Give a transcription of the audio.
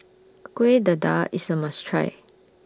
Kueh Dadar IS A must Try